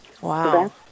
Wow